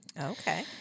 Okay